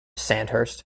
sandhurst